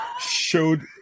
showed